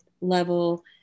level